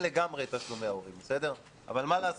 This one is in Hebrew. לגמרי את תשלומי ההורים אבל מה לעשות,